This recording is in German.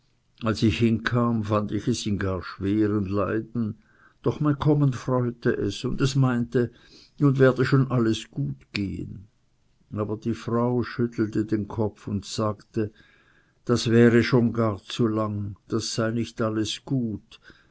als ich hinkam fand ich es in gar schweren leiden doch mein kommen freute es und es meinte alles werde nun schon gut gehen aber die frau schüttelte den kopf und sagte das währe schon gar zu lang das sei nicht alles gut